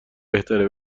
بهتره